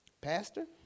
Pastor